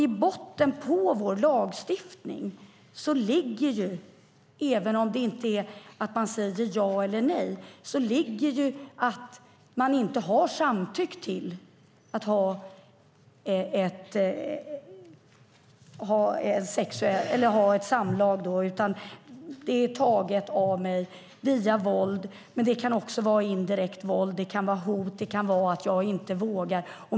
I botten på vår lagstiftning ligger, oavsett om man sagt ja eller nej, att man inte har samtyckt till att ha samlag utan har sagt ja under hot om våld. Men det kan också vara indirekt våld och hot som gör att man inte vågar.